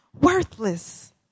worthless